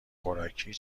خوراکی